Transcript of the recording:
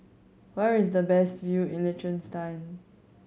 where is the best view in Liechtenstein